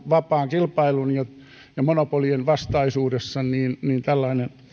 vapaan kilpailun ja monopolien vastaisuudessa niin niin tällainen